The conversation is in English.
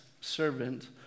servant